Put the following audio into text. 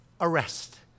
arrest